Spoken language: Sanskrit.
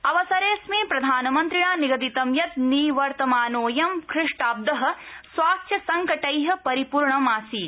अवसरेऽस्मिन् प्रधानमन्त्रिणा निगदितं यत् निवर्तनमानोऽयं ख्रिष्टाब्द स्वास्थ्यसंकटै परिपूर्णमासीत्